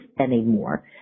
anymore